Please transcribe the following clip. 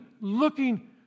looking